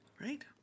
Right